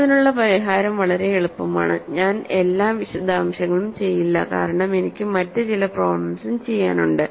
ഇതിനുള്ള പരിഹാരം വളരെ എളുപ്പമാണ് ഞാൻ എല്ലാ വിശദാംശങ്ങളും ചെയ്യില്ല കാരണം എനിക്ക് മറ്റ് ചില പ്രോബ്ലെംസും ചെയ്യാനുണ്ട്